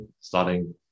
starting